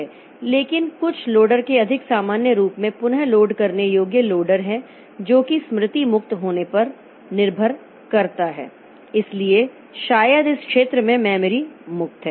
कुछ लेकिन लोडर के अधिक सामान्य रूप में पुनः लोड करने योग्य लोडर है जो कि स्मृति मुक्त होने पर निर्भर करता है इसलिए शायद इस क्षेत्र में मेमोरी मुक्त है